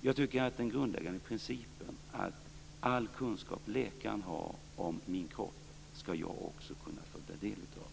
Jag tycker att den grundläggande principen att all kunskap som läkaren har om min kropp skall också jag kunna få ta del av.